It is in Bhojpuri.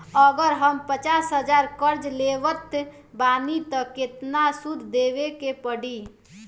अगर हम पचास हज़ार कर्जा लेवत बानी त केतना सूद देवे के पड़ी?